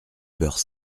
beurre